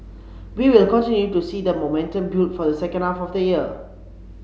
we will continue to see the momentum build for the second half of the year